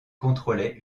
contrôlait